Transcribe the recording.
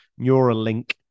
Neuralink